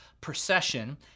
procession